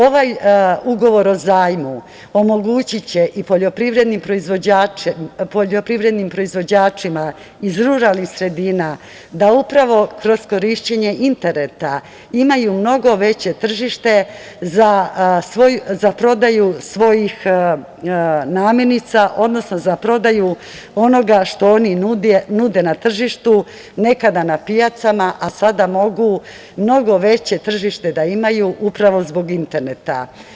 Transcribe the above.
Ovaj ugovor o Zajmu omogućiće i poljoprivrednim proizvođačima iz ruralnih sredina da upravo kroz korišćenje interneta imaju mnogo veće tržište za prodaju svojih namirnica, odnosno za prodaju onoga što oni nude na tržištu, nekada na pijacama, a sada mogu mnogo veće tržište da imaju, upravo zbog interneta.